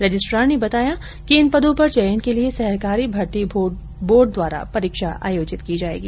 registrar ने बताया कि इन पदों पर चयन के लिये सहकारी मर्ती बोर्ड द्वारा परीक्षा आयोजित की जायेगी